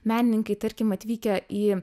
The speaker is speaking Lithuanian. menininkai tarkim atvykę į